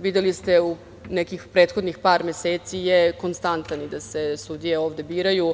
videli ste u nekih prethodnih par meseci, konstantan, da se sudije ovde biraju